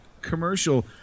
commercial